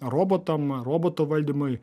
robotam robotų valdymui